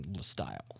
style